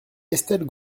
estelle